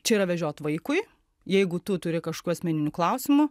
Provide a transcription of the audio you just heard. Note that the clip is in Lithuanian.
čia yra vežiot vaikui jeigu tu turi kažkokių asmeninių klausimų